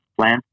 plan